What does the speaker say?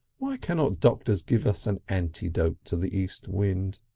why cannot doctors give us an antidote to the east wind?